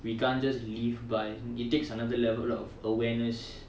we can't just live by it takes another level of awareness